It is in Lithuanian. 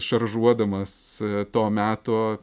šaržuodamas to meto